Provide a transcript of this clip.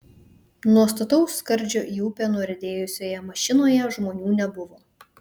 nuo stataus skardžio į upę nuriedėjusioje mašinoje žmonių nebuvo